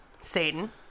Satan